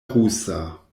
rusa